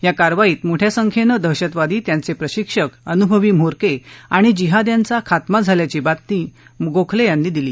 या कारवाईत मोठ्या संख्येनं दहशतवादी त्यांचे प्रशिक्षक अनुभवी म्होरके आणि जिहाद्यांचा खात्मा झाल्याची माहिती गोखले यांनी दिली